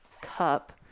cup